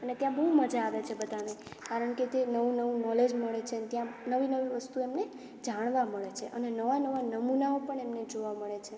અને ત્યાં બહુ મજા આવે છે બધાને કારણ કે તે નવું નવું નૉલેજ મળે છે અને ત્યાં નવી નવી વસ્તુઓ અમને જાણવા મળે છે અને નવા નવા નમૂનાઓ પણ અમને જોવા મળે છે